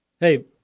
Hey